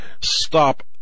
stop